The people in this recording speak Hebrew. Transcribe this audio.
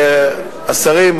השרים,